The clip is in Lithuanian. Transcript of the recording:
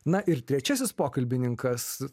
na ir trečiasis pokalbininkas